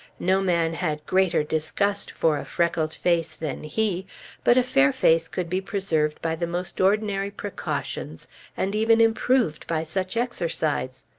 no man had greater disgust for a freckled face than he but a fair face could be preserved by the most ordinary precautions and even improved by such exercise.